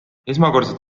esmakordselt